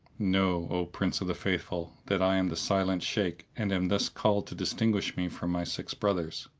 know, o prince of the faithful, that i am the silent shaykh and am thus called to distinguish me from my six brothers.